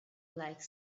like